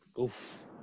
Oof